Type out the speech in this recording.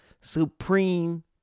supreme